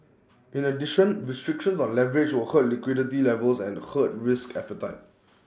in addition restrictions on leverage will hurt liquidity levels and hurt risk appetite